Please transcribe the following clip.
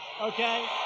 Okay